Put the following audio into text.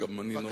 ודאי וודאי.